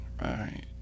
Right